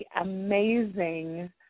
amazing